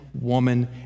woman